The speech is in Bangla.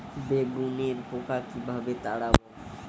বেগুনের পোকা কিভাবে তাড়াব?